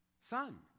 Son